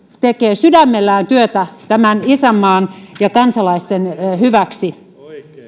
tekee sydämellään työtä tämän isänmaan ja kansalaisten hyväksi